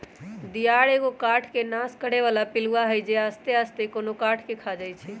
दियार एगो काठ के नाश करे बला पिलुआ हई जे आस्ते आस्ते कोनो काठ के ख़ा जाइ छइ